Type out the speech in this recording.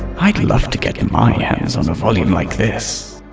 i'd love to get and my hands on a volume like this.